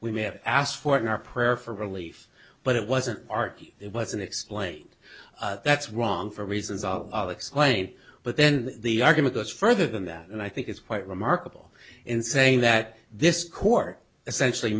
we may have asked for in our prayer for relief but it wasn't our it was in explaining that's wrong for reasons of explain but then the argument goes further than that and i think it's quite remarkable in saying that this court essentially